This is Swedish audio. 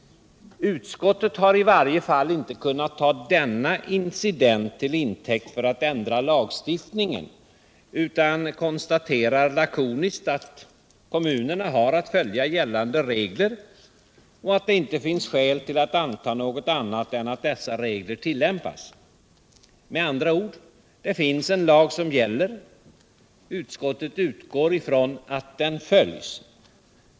Utskottet har i varje fall inte kunnat ta denna incident till intäkt för att ändra lagstiftningen utan konstaterar lakoniskt att kommunerna har att följa gällande regler och att det inte finns skäl till att anta något annat än alt dessa regler tillämpas. Med andra ord: Det finns en lag som gäller — utskottet utgår från att den följs.